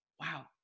Wow